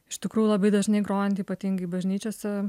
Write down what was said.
iš tikrųjų labai dažnai grojant ypatingai bažnyčiose